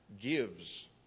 gives